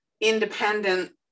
independent